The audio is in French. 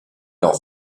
leur